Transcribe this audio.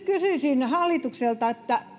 kysyisin hallitukselta